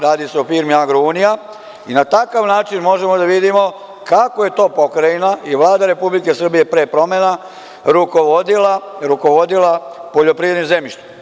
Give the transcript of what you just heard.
Radi se o firmi „Agrounija“ i na takav način možemo da vidimo kako je to Pokrajina i Vlada Republike Srbije pre promena rukovodila poljoprivrednim zemljištem.